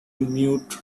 mute